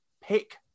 pick